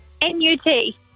N-U-T